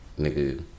nigga